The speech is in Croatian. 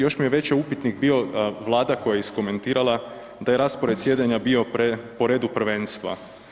Još mi je veći upitnik bio, Vlada koja je iskomentirala da je raspored sjedenja bio po redu prvenstva.